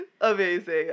amazing